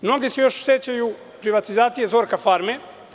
Mnogi se još sećaju privatizacije „Zorka farme“